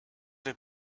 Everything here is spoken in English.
have